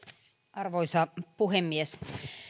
arvoisa puhemies